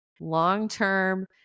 long-term